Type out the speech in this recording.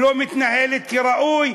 לא מתנהלת כראוי,